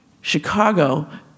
Chicago